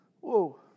Whoa